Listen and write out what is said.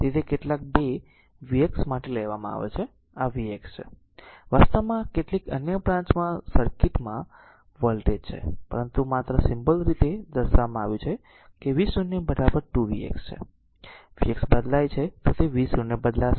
તેથી તે કેટલાક 2 v x માટે લેવામાં આવે છે આ v x છે વાસ્તવમાં કેટલીક અન્ય બ્રાંચમાં સર્કિટ માં વોલ્ટેજ છે પરંતુ માત્ર સિમ્બોલ રીતે દર્શાવવામાં આવ્યું છે કે v 0 બરાબર 2 vx છે vx બદલાય છે તો v 0 બદલાશે